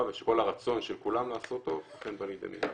ושכל הרצון של כולם לעשות טוב אכן בא לידי מימוש.